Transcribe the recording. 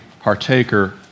partaker